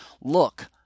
Look